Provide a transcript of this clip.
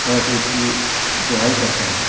اور پھر اس کی بوہائی کرتے ہیں